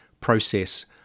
process